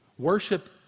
Worship